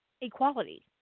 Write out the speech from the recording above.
equality